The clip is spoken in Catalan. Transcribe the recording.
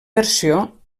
versió